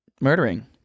murdering